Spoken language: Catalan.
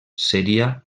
seria